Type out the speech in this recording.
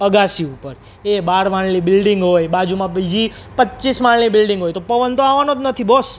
અગાશી ઉપર એ બાર માળની બિલ્ડિંગ હોય બાજુમાં બીજી પચીસ માળની બિલ્ડિંગ હોય તો પવન તો આવવાનો જ નથી બોસ